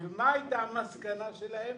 מה הייתה המסקנה שלהם?